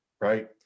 right